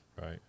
Right